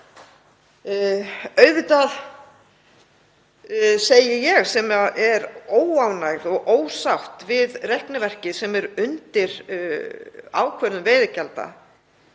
Auðvitað segi ég, sem er óánægð og ósátt við reikniverkið sem er undir í ákvörðun veiðigjalda,